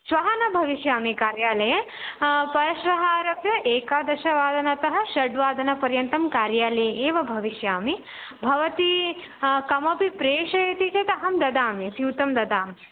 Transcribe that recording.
श्वः न भविष्यामि कार्यालये परश्वः आरभ्य एकादशवादनतः षड्वादनपर्यन्तं कार्यालये एव भविष्यामि भवती कमपि प्रेषयति चेत् अहं ददामि स्यूतं ददामि